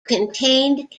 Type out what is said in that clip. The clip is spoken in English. contained